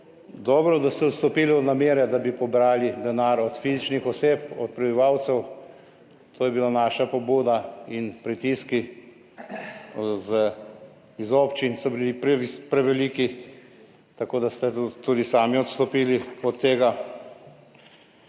Dobro, da ste odstopili od namere, da bi pobrali denar od fizičnih oseb, od prebivalcev, to je bila naša pobuda in pritiski iz občin so bili preveliki, tako da ste tudi sami odstopili od tega.